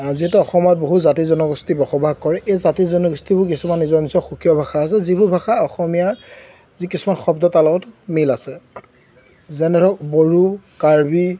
যিহেতু অসমত বহু জাতি জনগোষ্ঠী বসবাস কৰে এই জাতি জনগোষ্ঠীবোৰ কিছুমান নিজৰ নিজৰ সুকীয়া ভাষা আছে যিবোৰ ভাষা অসমীয়াৰ যি কিছুমান শব্দ তাৰ লগত মিল আছে যেনে ধৰক বড়ো কাৰ্বি